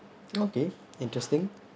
okay interesting